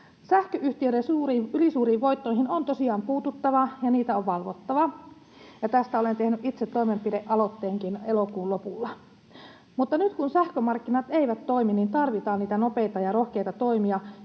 Sähköyhtiöiden ylisuuriin voittoihin on tosiaan puututtava, ja niitä on valvottava, ja tästä olen itse tehnyt toimenpidealoitteenkin elokuun lopulla. Mutta nyt, kun sähkömarkkinat eivät toimi, tarvitaan niitä nopeita ja rohkeita toimia,